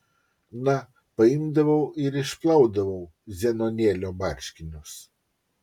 na paimdavau ir išplaudavau zenonėlio marškinius